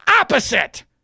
opposite